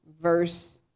verse